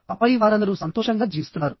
ఆపై వారందరూ సంతోషంగా జీవిస్తున్నారు